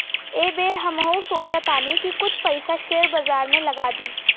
एह बेर हमहू सोचऽ तानी की कुछ पइसा शेयर बाजार में लगा दी